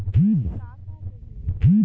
Loan का का पे मिलेला?